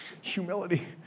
humility